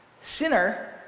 Sinner